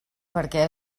perquè